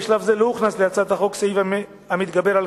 בשלב זה לא הוכנס להצעת החוק סעיף המתגבר על